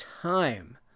time